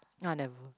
I never